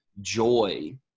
joy